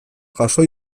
jaso